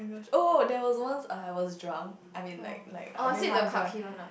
oh there was once I I was drunk I mean like like a bit half drunk